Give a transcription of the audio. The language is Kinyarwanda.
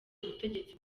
ubutegetsi